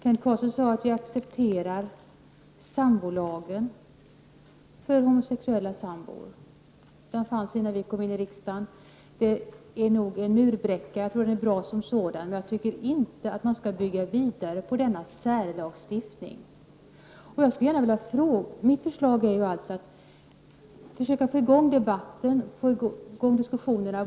Kent Carlsson sade att vi accepterar lagen om homosexuella sambor. Den fanns innan vi kom in i riksdagen. Den är nog bra som en murbräcka, men jag tycker inte att man skall bygga vidare på denna särlagstiftning. Mitt förslag är alltså att man skall försöka få i gång en debatt.